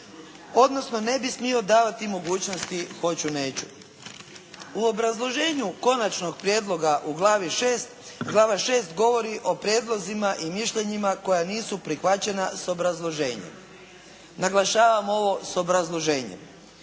odnosno ne bi smio davati mogućnosti hoću neću. U obrazloženju konačnog prijedloga u Glavi VI. Govori o prijedlozima i mišljenjima koja nisu prihvaćena s obrazloženjem. Naglašavam ovo s obrazloženjem.